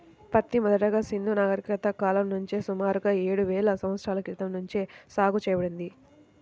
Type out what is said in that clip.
పత్తి మొదటగా సింధూ నాగరికత కాలం నుంచే సుమారుగా ఏడువేల సంవత్సరాల క్రితం నుంచే సాగు చేయబడింది